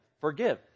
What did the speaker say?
forgive